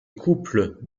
couples